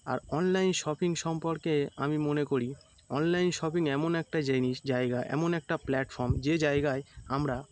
আর online shopping সম্পর্কে আমি মনে করি অনলাইন শপিং এমন একটা জিনিস জায়গা এমন একটা প্ল্যাটফর্ম যে জায়গায় আমরা